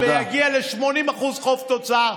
ויגיע ל-80% חוב תוצר.